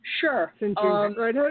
Sure